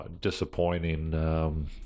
disappointing